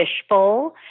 fishbowl